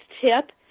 tip